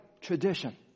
tradition